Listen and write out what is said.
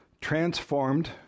transformed